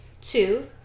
Two